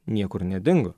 niekur nedingo